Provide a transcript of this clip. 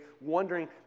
wondering